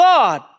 God